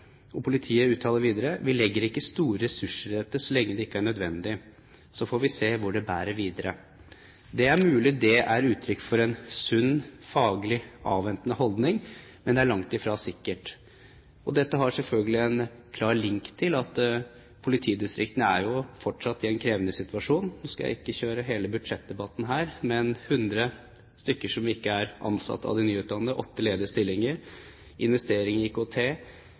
Politiet uttaler videre: «Vi legger ikke store ressurser i dette så lenge det ikke er nødvendig, så får vi se hvor det bærer videre.» Det er mulig dette er uttrykk for en sunn, faglig og avventende holdning, men det er langt ifra sikkert. Dette har selvfølgelig en klar link til at politidistriktene fortsatt er i en krevende situasjon. Jeg skal ikke kjøre hele budsjettdebatten her, men 100 nyutdannede som ikke er ansatt, åtte ledige stillinger, investeringer i IKT,